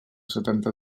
setanta